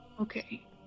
Okay